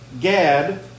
Gad